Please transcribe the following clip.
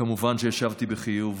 כמובן שהשבתי בחיוב.